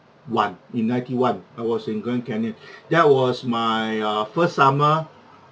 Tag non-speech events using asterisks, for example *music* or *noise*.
one in ninety one I was in grand canyon *breath* that was my uh first summer